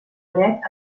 dret